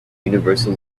universal